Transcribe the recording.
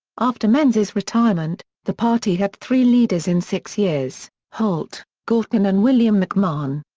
after menzies' retirement, the party had three leaders in six years holt, gorton and william mcmahon.